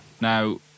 Now